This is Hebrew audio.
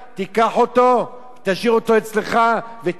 תשאיר אותו אצלך ותעבה אותו כמה שיותר.